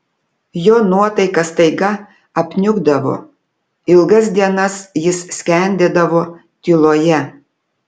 jo nuotaika staiga apniukdavo ilgas dienas jis skendėdavo tyloje